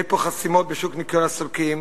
יש פה חסימות שוק הניכיון על-ידי הסולקים,